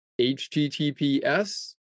https